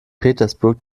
petersburg